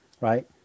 right